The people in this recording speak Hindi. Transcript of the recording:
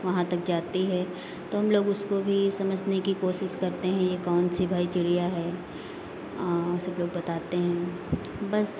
वहाँ तक जाती है तो हम लोग उसको भी समझने की कोशिश करते हैं ये कौन सी भाई चिड़िया है सब लोग बताते हैं बस